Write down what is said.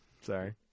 Sorry